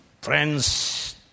Friends